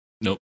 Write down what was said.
Nope